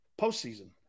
postseason